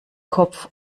kopf